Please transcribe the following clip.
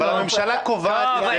אבל הממשלה קובעת את